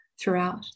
throughout